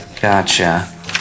Gotcha